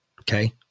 Okay